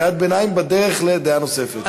קריאת ביניים בדרך לדעה נוספת.